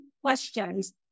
questions